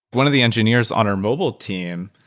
one of the engineers on our mobile team,